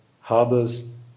harbors